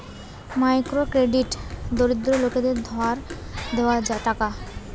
micro credit দরিদ্র লোকদের ধার লেওয়া টাকা